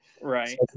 Right